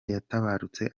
yatabarutse